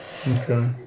Okay